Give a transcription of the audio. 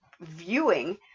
viewing